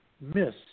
miss